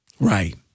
Right